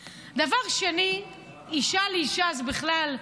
2. אישה לאישה זה בכלל,